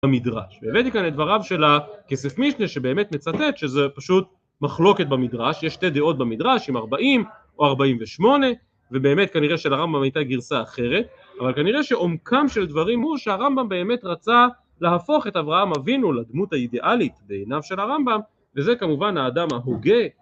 במדרש. והבאתי כאן את דבריו של הכסף משנה שבאמת מצטט שזה פשוט מחלוקת במדרש, יש שתי דעות במדרש אם ארבעים או ארבעים ושמונה, ובאמת כנראה שלרמב״ם הייתה גרסה אחרת, אבל כנראה שעומקם של דברים הוא שהרמב״ם באמת רצה להפוך את אברהם אבינו לדמות האידיאלית בעיניו של הרמב״ם, וזה כמובן האדם ההוגה